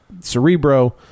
cerebro